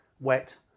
wet